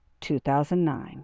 2009